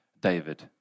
David